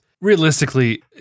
realistically